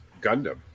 Gundam